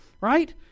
right